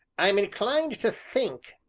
i'm inclined to think,